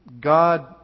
God